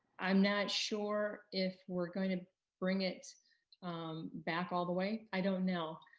i'm not sure if we're going to bring it back all the way, i don't know.